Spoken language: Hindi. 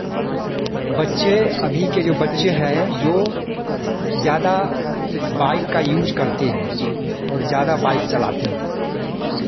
बच्चे अभी के जो बच्चे हैं जो ज़्यादा बाइक का यूज़ करते हैं और ज़्यादा बाइक चलाते हैं